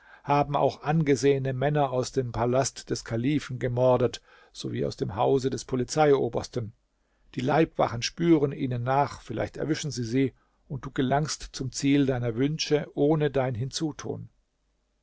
haben auch angesehene männer aus dem palast des kalifen gemordet sowie aus dem hause des polizeiobersten die leibwachen spüren ihnen nach vielleicht erwischen sie sie und du gelangst zum ziel deiner wünsche ohne dein hinzutun